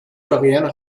coréenne